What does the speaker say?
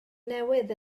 newydd